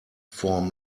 form